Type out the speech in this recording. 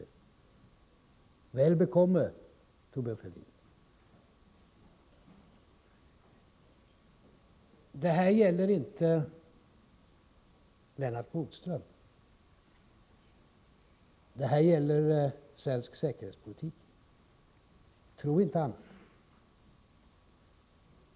Väl bekomme, Thorbjörn Fälldin! Det här gäller inte Lennart Bodström; det här gäller svensk säkerhetspolitik — tro inte annat!